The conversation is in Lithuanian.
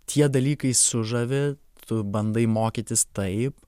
tie dalykai sužavi tu bandai mokytis taip